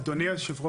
אדוני יושב הראש,